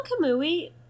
Kamui